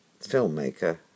filmmaker